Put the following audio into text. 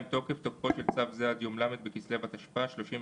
תוקף תוקפו של צו זה עד יום ל' בכסלו התשפ"ה (31